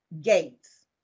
Gates